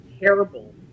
terrible